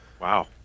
Wow